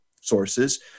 sources